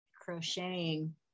crocheting